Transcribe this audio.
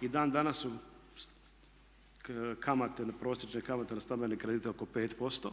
I dan danas kamate, prosječne kamate na stambene kredite oko 5%,